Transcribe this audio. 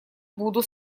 буду